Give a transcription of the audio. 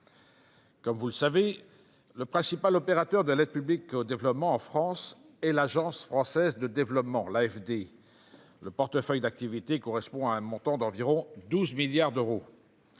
Vous le savez, le principal opérateur de l'aide publique au développement en France est l'Agence française de développement (AFD), dont le portefeuille d'activités correspond à un montant d'environ 12 milliards d'euros.